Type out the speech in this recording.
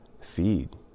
feed